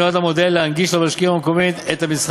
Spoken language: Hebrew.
מיועד המודל להנגיש למשקיעים המקומיים את המסחר